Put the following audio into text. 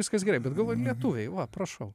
viskas gerai bet galvoju lietuviai va prašau